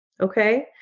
Okay